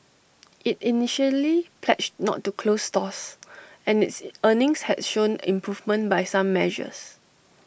IT initially pledged not to close stores and its earnings had shown improvement by some measures